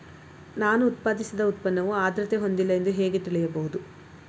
ನಾನು ಉತ್ಪಾದಿಸಿದ ಉತ್ಪನ್ನವು ಆದ್ರತೆ ಹೊಂದಿಲ್ಲ ಎಂದು ಹೇಗೆ ತಿಳಿಯಬಹುದು?